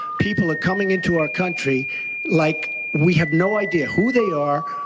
people are coming into our country like we have no idea who they are,